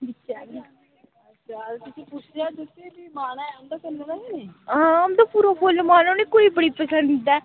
आं उंदा पूरा मन ऐ उनेंगी कुड़ी बड़ी पसंद ऐ